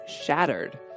shattered